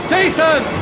Jason